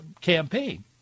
campaign